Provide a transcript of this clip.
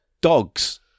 dogs